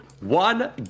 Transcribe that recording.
one